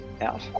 out